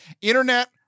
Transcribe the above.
internet